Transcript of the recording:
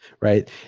right